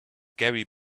gary